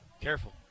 Careful